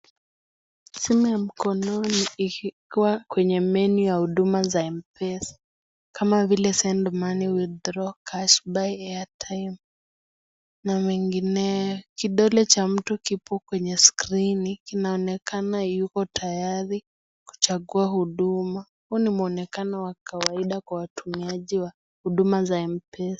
Simu ya mkononi ikikua kwenye menu, ya huduma za Mpesa, kama vile, send money, withdraw cash, buy airtime , na mengineo. Kidole cha mtu kipo kwenye skrini, kinaonekana yupotayari, kuchagua huduma, huu ni mwonekano wa kawaida kwa watumiaji wa huduma za Mpesa.